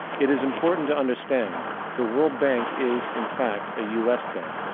it is important to understand the world bank is, in fact, a u s. bank,